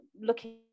looking